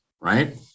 right